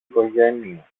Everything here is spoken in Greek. οικογένεια